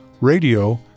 radio